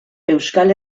euskal